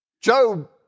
Job